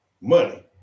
money